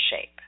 shape